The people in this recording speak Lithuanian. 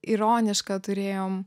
ironišką turėjom